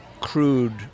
crude